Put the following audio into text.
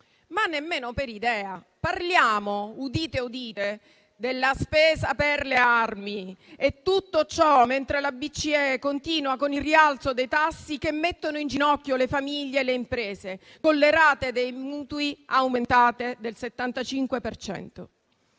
Nemmeno per idea. Parliamo - udite, udite - della spesa per le armi. Tutto ciò mentre la BCE continua con il rialzo dei tassi che mettono in ginocchio le famiglie e le imprese, con le rate dei mutui aumentate del 75